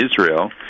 Israel